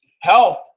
health